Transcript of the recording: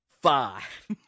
Five